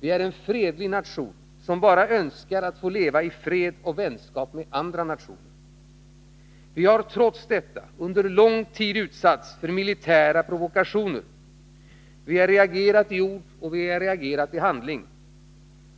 Vi är en fredlig nation som bara önskar att få leva i fred och vänskap med andra nationer. Vi har trots detta under lång tid utsatts för militära provokationer. Vi har reagerat i ord, och vi har reagerat i handling.